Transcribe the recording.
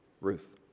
Ruth